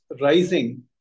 rising